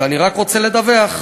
ואני רק רוצה לדווח,